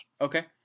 Okay